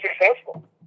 successful